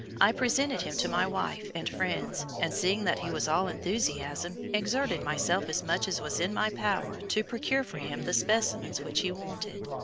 i presented him to my wife and friends, and seeing that he was all enthusiasm, exerted myself as much as was in my power to procure for him the specimens which he wanted.